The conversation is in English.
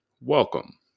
Welcome